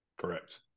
Correct